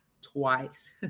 twice